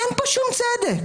אין פה שום צדק.